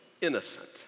innocent